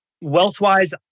Wealth-wise